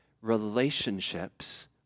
relationships